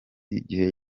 igihe